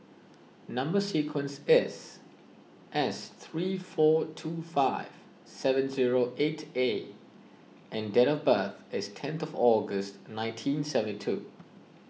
Number Sequence is S three four two five seven zero eight A and date of birth is tenth of August nineteen seventy two